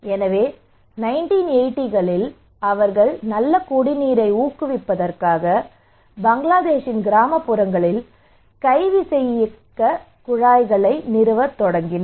எனவே 1980 களில் அவர்கள் நல்ல குடிநீரை ஊக்குவிப்பதற்காக பங்களாதேஷின் கிராமப்புறங்களில் கை விசையியக்கக் குழாய்களை நிறுவத் தொடங்கினர்